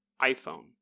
iPhone